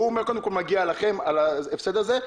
הוא אומר קודם כל מגיע לכם על ההפסד הזה,